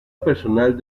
personal